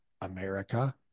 America